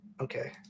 okay